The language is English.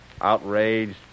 outraged